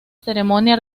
ceremonia